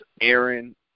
Aaron